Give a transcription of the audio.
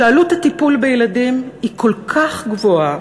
שעלות הטיפולים בילדים היא כל כך גבוהה,